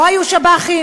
לא היו שב"חים?